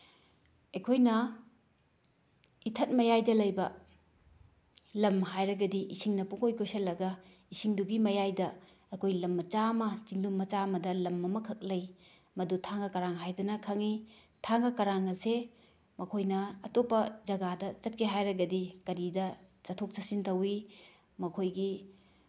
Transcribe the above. ꯑꯩꯈꯣꯏꯅ ꯏꯊꯠ ꯃꯌꯥꯏꯗ ꯂꯩꯕ ꯂꯝ ꯍꯥꯏꯔꯒꯗꯤ ꯏꯁꯤꯡꯅ ꯄꯨꯡꯀꯣꯏ ꯀꯣꯏꯁꯤꯜꯂꯒ ꯏꯁꯤꯡꯗꯨꯒꯤ ꯃꯌꯥꯏꯗ ꯑꯩꯈꯣꯏ ꯂꯝ ꯃꯆꯥ ꯑꯃ ꯆꯤꯡꯗꯨꯝ ꯃꯆꯥ ꯑꯃꯗ ꯂꯝ ꯑꯃꯈꯛ ꯂꯩ ꯃꯗꯨ ꯊꯥꯡꯒ ꯀꯔꯥꯡ ꯍꯥꯏꯗꯅ ꯈꯪꯉꯤ ꯊꯥꯡꯒ ꯀꯔꯥꯡ ꯑꯁꯦ ꯃꯈꯣꯏꯅ ꯑꯇꯣꯞꯄ ꯖꯒꯥꯗ ꯆꯠꯀꯦ ꯍꯥꯏꯔꯒꯗꯤ ꯀꯔꯤꯗ ꯆꯠꯊꯣꯛ ꯆꯠꯁꯤꯟ ꯇꯧꯋꯤ ꯃꯈꯣꯏꯒꯤ